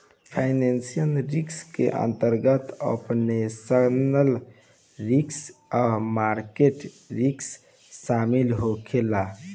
financial risk के अंतर्गत operational risk आ मार्केट रिस्क शामिल होखे ला